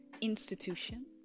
institution